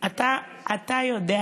אלי, אתה יודע,